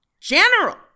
general